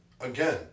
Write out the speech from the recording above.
again